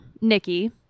Nikki